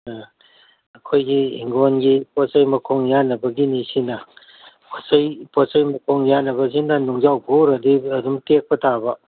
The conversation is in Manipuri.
ꯑꯩꯈꯣꯏꯒꯤ ꯍꯤꯡꯒꯣꯜꯒꯤ ꯄꯣꯠ ꯆꯩ ꯃꯈꯣꯡ ꯌꯥꯟꯅꯕꯒꯤꯅꯤ ꯁꯤꯅ ꯄꯣꯠ ꯆꯩ ꯄꯣꯠ ꯆꯩ ꯃꯈꯣꯡ ꯌꯥꯟꯅꯕꯁꯤꯅ ꯅꯨꯡꯖꯥꯎ ꯐꯨꯛꯎꯔꯗꯤ ꯑꯗꯨꯝ ꯇꯦꯛꯄ ꯇꯥꯕ